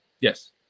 Yes